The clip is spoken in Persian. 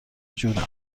جورم